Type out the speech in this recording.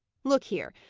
look here!